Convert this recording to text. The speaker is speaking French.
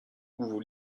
vous